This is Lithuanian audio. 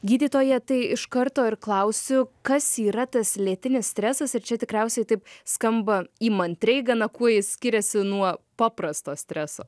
gydytoja tai iš karto ir klausiu kas yra tas lėtinis stresas ir čia tikriausiai taip skamba įmantriai gana kuo jis skiriasi nuo paprasto streso